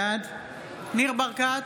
בעד ניר ברקת,